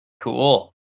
cool